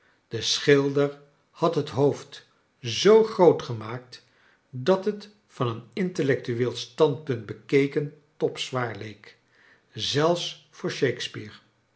de schilder had het hoofd zoo groot gemaakt dat het van een intellectueel standpunt bekeken topzwaar leek zelfs voor shakespeare